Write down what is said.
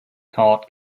cart